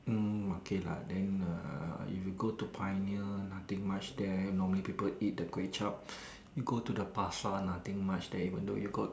mm okay lah then uh if you go to pioneer nothing much there normally people eat the kway-zhap you go to the Pasar nothing much there even though you got